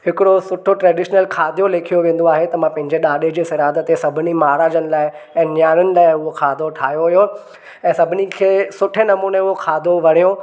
हिकिड़ो सुठो ट्रेडिशनल खाधो लेखियो वेंदो आहे त मां पंहिंजे ॾाॾे जे श्राद्ध ते सभिनी महाराजनि लाइ ऐं न्याणियुनि लाइ हो खाधो ठाहियो हो ऐं सभिनी खे सुठे नमूने उहो खाधो वणियो